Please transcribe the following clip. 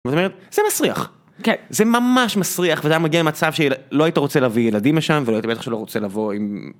זה מסריח, זה ממש מסריח ואתה מגיע למצב שלא היית רוצה להביא ילדים משם ולא רוצה לבוא עם.